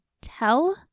tell